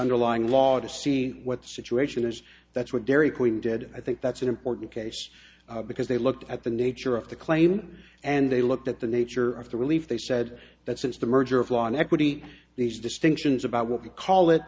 underlying law to see what the situation is that's where dairy queen dead i think that's an important case because they looked at the nature of the claim and they looked at the nature of the relief they said that since the merger of law on equity these distinctions about what we call it